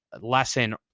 lesson